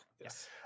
yes